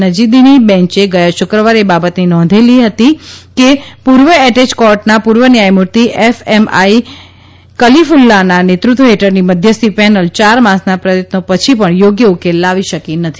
નજીદની બેન્ચે ગયા શુકરવારેએ બાબતની નોધલીધી હતી કેપૂર્વએટેચ કોર્ટનાપૂર્વન્યાયમૂર્તમ્મીફ એમ આઈ કલફિલ્લાનાનેતૃત્વ્રેઠળની મધ્યસ્થીપ્રિનલ ચાર માસના પ્રયત્નોછી પણ ચોગ્ય ઉકેલ લાવી શકી નથી